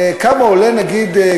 נניח,